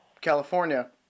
California